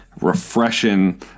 refreshing